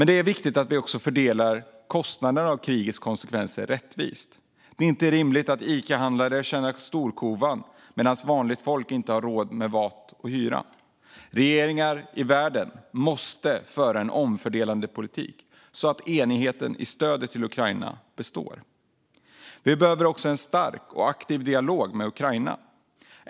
Det är viktigt att vi också fördelar kostnaderna för krigets konsekvenser rättvist. Det är inte rimligt att Icahandlare tjänar storkovan medan vanligt folk inte har råd med mat och hyra. Regeringar i världen måste föra en omfördelande politik, så att enigheten i stödet till Ukraina består. Vi behöver också en stark och aktiv dialog med Ukraina.